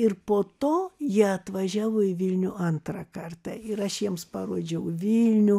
ir po to jie atvažiavo į vilnių antrą kartą ir aš jiems parodžiau vilnių